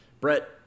Brett